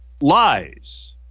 lies